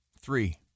Three